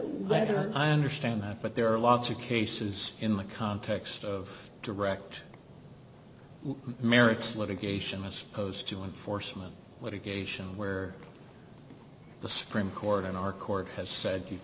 whether i understand that but there are lots of cases in the context of direct merits litigation i suppose to enforcement what a geisha where the supreme court in our court has said you